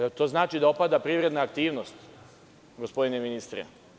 Da li to znači da opada privredna aktivnost, gospodine ministre?